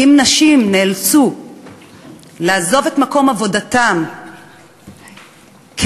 אם נשים נאלצו לעזוב את מקום עבודתן כדי